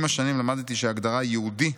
"עם השנים למדתי שההגדרה 'יהודי'